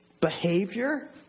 behavior